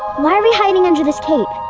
why are we hiding under this cape?